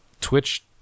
Twitch